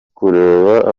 kureba